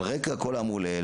על רקע כל האמור לעיל,